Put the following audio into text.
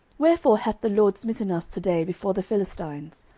wherefore hath the lord smitten us to day before the philistines?